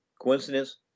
Coincidence